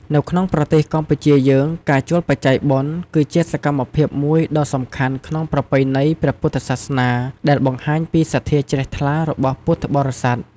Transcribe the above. នៅក្នុងប្រទេសកម្ពុជាយើងការចូលបច្ច័យបុណ្យ គឺជាសកម្មភាពមួយដ៏សំខាន់ក្នុងប្រពៃណីព្រះពុទ្ធសាសនា ដែលបង្ហាញពីសទ្ធាជ្រះថ្លារបស់ពុទ្ធបរិស័ទ។